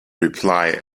reply